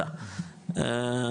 סע,